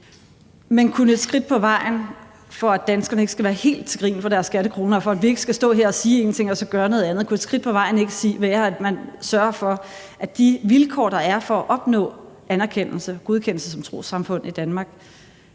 Men kunne et skridt på vejen ad den sti – for at danskerne ikke skal være helt til grin for deres skattekroner, og for at vi ikke skal stå her og sige én ting og så gøre noget andet – så ikke være, at man sørger for, at de vilkår, der er for at opnå anerkendelse og godkendelse som trossamfund i Danmark,